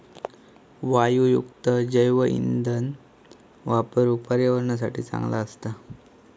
वायूयुक्त जैवइंधन वापरुक पर्यावरणासाठी चांगला असता